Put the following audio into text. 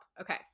Okay